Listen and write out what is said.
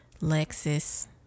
Lexus